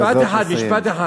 משפט אחד, משפט אחד.